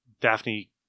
Daphne